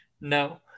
No